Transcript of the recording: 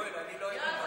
יואל, אני לא הייתי מוותר.